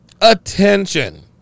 Attention